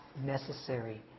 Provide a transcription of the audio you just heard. necessary